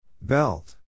Belt